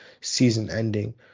season-ending